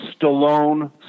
Stallone